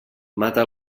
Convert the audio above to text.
mata